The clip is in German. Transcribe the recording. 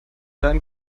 dein